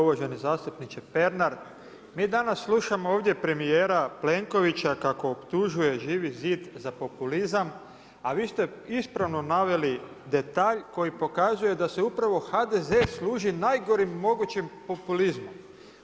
Uvaženi zastupniče Pernar, mi danas slušamo ovdje premjera Plenkovića kako optužuje Živi zid za populizam, a vi ste ispravno naveli detalj koji pokazuje da se upravo HDZ služi najgorim mogućim populizmom.